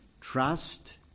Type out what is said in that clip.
Trust